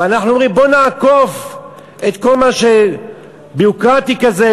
ואנחנו אומרים: בוא נעקוף את כל מה שביורוקרטי כזה,